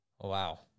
Wow